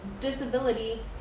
disability